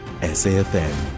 SAFM